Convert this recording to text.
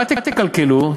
אל תקלקלו,